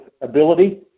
ability